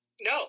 No